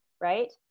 right